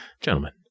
Gentlemen